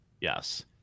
yes